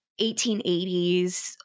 1880s